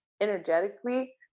energetically